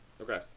Okay